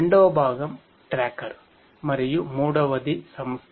రెండవ భాగం ట్రాకర్ మరియు మూడవది సంస్థ